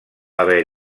haver